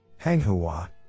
Hanghua